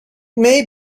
may